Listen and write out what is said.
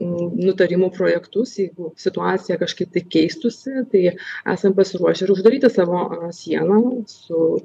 nutarimų projektus jeigu situacija kažkaip tai keistųsi tai esam pasiruošę ir uždaryti savo sieną su